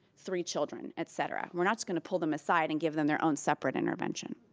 three children, et cetera. we're not just gonna pull them aside and give them their own separate intervention.